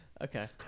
okay